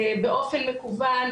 באופן מקוון,